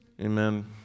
Amen